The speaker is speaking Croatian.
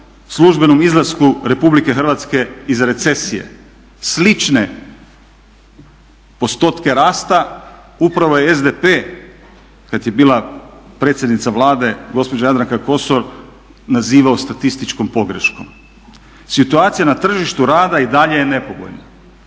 službenom izlasku Republike Hrvatske iz recesije slične postotke rasta upravo je SDP kad je bila predsjednica Vlade gospođa Jadranka Kosor nazivao statističkom pogreškom. Situacija na tržištu rada i dalje je nepovoljna.